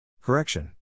Correction